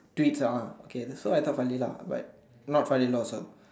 tweets ah okay so I told Falila but not Falila also